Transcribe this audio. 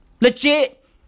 Legit